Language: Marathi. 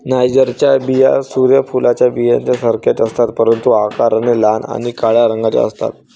नायजरच्या बिया सूर्य फुलाच्या बियांसारख्याच असतात, परंतु आकाराने लहान आणि काळ्या रंगाच्या असतात